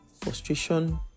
frustration